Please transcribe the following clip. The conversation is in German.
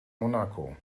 monaco